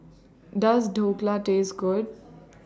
Does Dhokla Taste Good